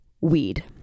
weed